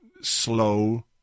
slow